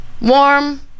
Warm